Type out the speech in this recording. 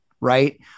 right